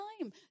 time